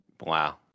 Wow